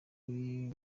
kuri